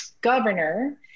governor